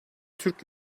türk